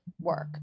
work